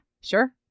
Sure